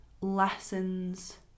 lessons